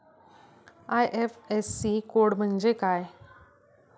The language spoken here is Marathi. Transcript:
आय.एफ.एस.सी कोड म्हणजे काय?